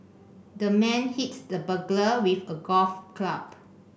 the man hit the burglar with a golf club